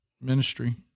ministry